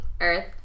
Earth